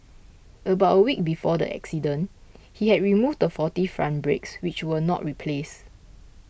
about a week before the accident he had removed the faulty front brakes which were not replaced